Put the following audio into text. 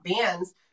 bands